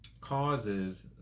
causes